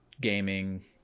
gaming